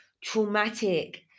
traumatic